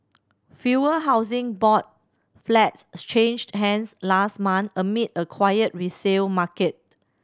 fewer Housing Board flats changed hands last month amid a quiet resale market